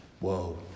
Whoa